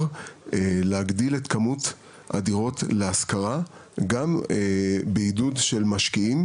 להגדיל את כמות הדירות להשכרה גם בעידוד של משקיעים,